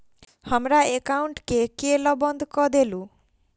हमरा एकाउंट केँ केल बंद कऽ देलु?